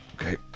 Okay